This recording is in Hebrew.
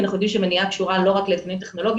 כי אנחנו יודעים שמניעה קשורה לא רק לאמצעים טכנולוגיים,